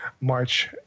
March